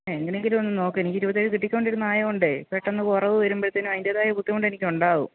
എങ്ങനെ എങ്കിലും ഒന്ന് നോക്ക് എനിക്ക് ഇരുപത്തി ഏഴ് കിട്ടിക്കൊണ്ടിരുന്നത് ആയതുകൊണ്ട് പെട്ടെന്ന് കുറവ് വരുമ്പോഴത്തേക്കും അതിന്റെതായ ബുദ്ധിമുട്ട് എനിക്ക് ഉണ്ടാവും